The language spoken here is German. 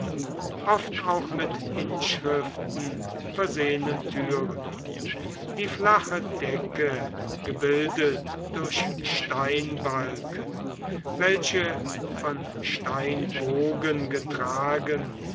oft auch mit inschriften versehenen türen die flache decke gebildet durch steinbalken welche von steinbogen getragen